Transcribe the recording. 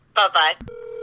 Bye-bye